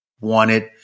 wanted